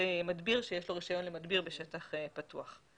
מדביר שיש לו רישיון למדביר בשטח פתוח.